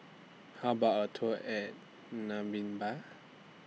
How about A Tour At Namibia